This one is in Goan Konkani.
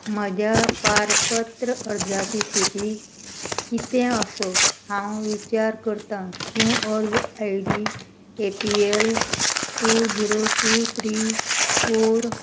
म्हज्या पारपत्र अर्जाची स्थिती कितें आसा हांव विचार करतां तूं अर्ज I D A P L two zero two three four